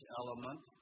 element